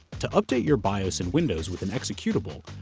to update your bios in windows with an executable,